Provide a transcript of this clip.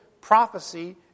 prophecy